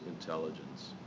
intelligence